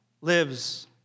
lives